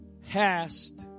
hast